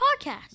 podcast